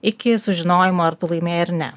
iki sužinojimo ar tu laimėjai ar ne